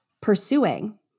pursuing